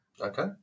Okay